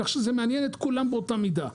כך שזה מעניין את כולם באותה מידה.